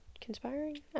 conspiring